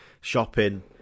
shopping